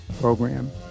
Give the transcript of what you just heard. program